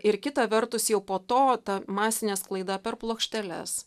ir kita vertus jau po to ta masinė sklaida per plokšteles